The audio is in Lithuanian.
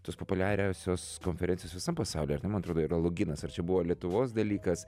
tos populiariosios konferencijos visam pasaulyje ar ne man atrodo yra loginas ar čia buvo lietuvos dalykas